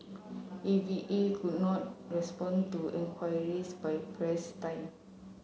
A V A could not respond to in queries by press time